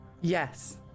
yes